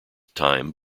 time